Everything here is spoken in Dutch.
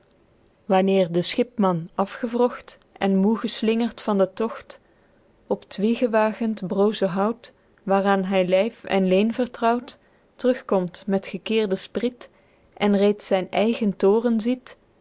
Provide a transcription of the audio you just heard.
wanneer de schipman afgewrocht en moe geslingerd van de togt op t wiegewagend brooze hout waeraen hy lyf en leên vertrouwt terugkomt met gekeerden spriet en reeds zyn eigen toren ziet